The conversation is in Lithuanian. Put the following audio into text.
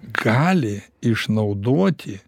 gali išnaudoti